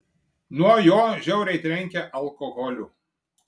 nuo jo žiauriai trenkia alkoholiu